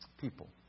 people